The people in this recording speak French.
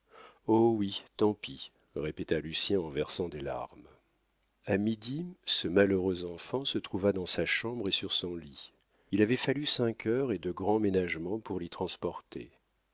oh oui tant pis répéta lucien en versant des larmes a midi ce malheureux enfant se trouva dans sa chambre et sur son lit il avait fallu cinq heures et de grands ménagements pour l'y transporter